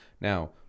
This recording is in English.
Now